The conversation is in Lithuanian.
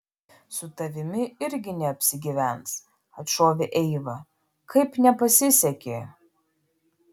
su tavimi irgi neapsigyvens atšovė eiva kaip nepasisekė